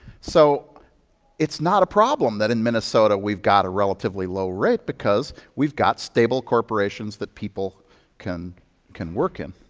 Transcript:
so it's not a problem that in minnesota we've got a relatively low rate, because we've got stable corporations that people can work work in.